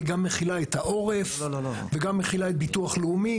היא גם מכילה את העורף וגם מכילה את ביטוח לאומי.